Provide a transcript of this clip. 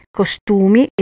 costumi